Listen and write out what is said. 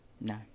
No